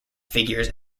figures